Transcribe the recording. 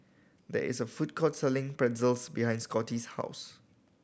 there is a food court selling Pretzel behind Scottie's house